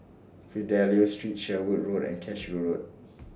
Fidelio Street Sherwood Road and Cashew Road